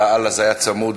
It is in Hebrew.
יאללה, זה היה צמוד.